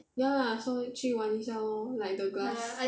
ya so 去玩一下 lor like the glass walk